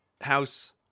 house